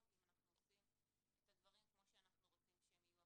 ואם אנחנו עושים את הדברים כמו שאנחנו רוצים שהם יהיו.